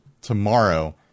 tomorrow